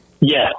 Yes